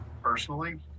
Personally